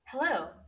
Hello